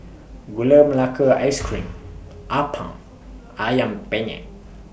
Gula Melaka Ice Cream Appam Ayam Penyet